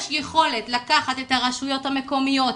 יש יכולת לקחת את הרשויות המקומיות,